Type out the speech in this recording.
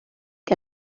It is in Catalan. que